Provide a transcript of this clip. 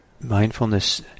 mindfulness